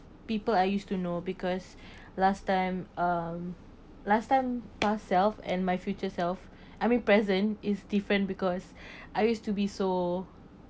people I used to know because last time um last time past self and my future self I mean present is different because I used to be so